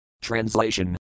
Translation